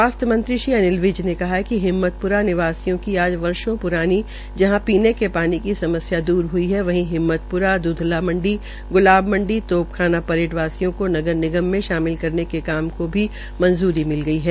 स्वास्थ्य मंत्री श्री अनिल विज ने कहा है कि हिम्मल प्रा निवासी की आज प्रानी जहंा पीने के पानी की समस्या दूर हुई है वहीं हिम्मतपुरा द्धला मंडी ग्लाब मंडी तोपखाना परेड़ वासियों को नगर निगम में शामिल करने के काम की भी मंजूरी मिला गई है